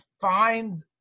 find